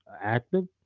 active